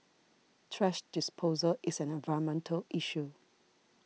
thrash disposal is an environmental issue